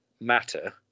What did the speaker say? matter